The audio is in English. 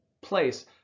place